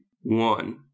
one